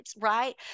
right